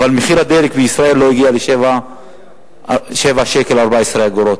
אבל מחיר הדלק בישראל לא הגיע ל-7 שקלים ו-14 אגורות.